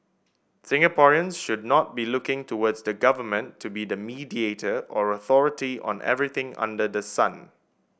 Singaporeans should not be looking towards the government to be the mediator or authority on everything under the sun